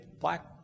black